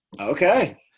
Okay